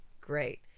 great